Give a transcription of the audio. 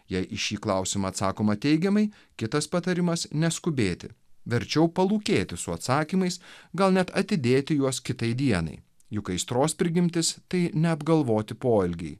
jei į šį klausimą atsakoma teigiamai kitas patarimas neskubėti verčiau palūkėti su atsakymais gal net atidėti juos kitai dienai juk aistros prigimtis tai neapgalvoti poelgiai